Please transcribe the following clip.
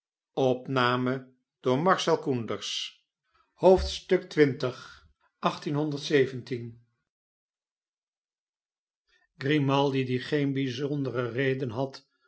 sparkn grimaldi die geene bijzondere reden had